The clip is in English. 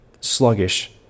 sluggish